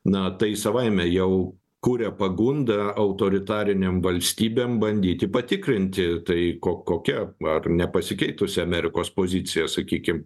na tai savaime jau kuria pagundą autoritarinėm valstybėm bandyti patikrinti taiko kokia ar nepasikeitusi amerikos pozicija sakykim